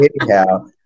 anyhow